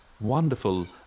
wonderful